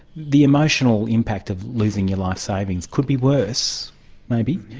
the emotional impact of losing your life savings could be worse maybe,